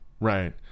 Right